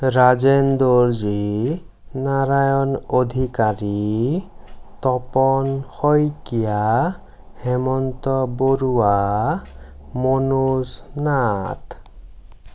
Rajen Darji Narayan Adhikari Tapan Saikia Hemanta Baruah Manoj Nath